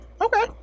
Okay